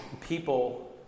people